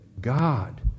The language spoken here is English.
God